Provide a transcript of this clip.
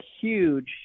huge